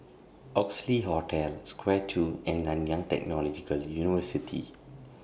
Oxley Hotel Square two and Nanyang Technological University